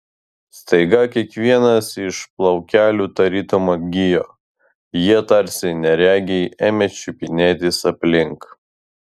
staiga kiekvienas iš plaukelių tarytum atgijo jie tarsi neregiai ėmė čiupinėtis aplink